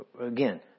Again